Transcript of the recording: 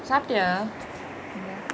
சாப்டியா என்ன:saaptiya enna